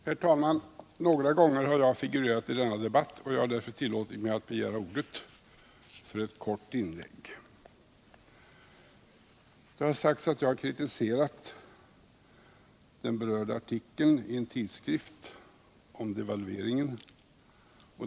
Herr talman! Några gånger har jag figurerat i denna debatt, och jag har därför tillåtit mig att begära ordet för ett kort inlägg. Det har sagts att jag har kritiserat den berörda artikeln om devalveringen i en tidskrift.